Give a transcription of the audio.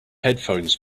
headphones